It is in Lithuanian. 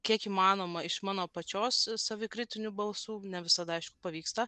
kiek įmanoma iš mano pačios savikritinių balsų ne visada pavyksta